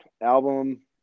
album